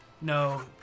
No